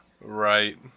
Right